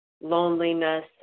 loneliness